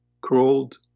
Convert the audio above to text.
crawled